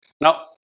Now